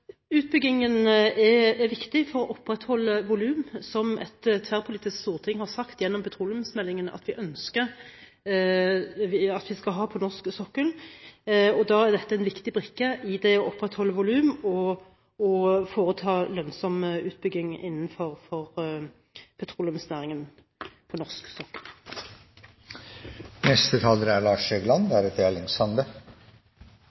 Utbyggingen er viktig for å opprettholde volum på norsk sokkel, noe et tverrpolitisk storting har sagt i forbindelse med petroleumsmeldingen at vi skal. Da er dette en viktig brikke i det å opprettholde volum og foreta lønnsom utbygging innenfor petroleumsnæringen på norsk sokkel. Fremskrittspartiet sier at de ikke har noe prinsipielt syn på elektrifisering, men likevel er